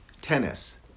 tennis